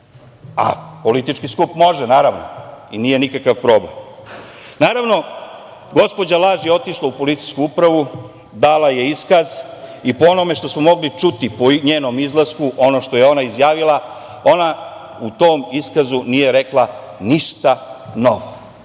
a politički skup može, naravno i nije nikakav problem. Gospođa laž je otišla u Policijsku upravu, dala je iskaz i po onome što smo mogli čuti po njenom izlasku ono što je ona izjavila, ona u tom iskazu nije rekla ništa novo.